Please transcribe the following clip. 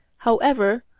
however,